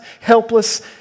helpless